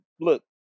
look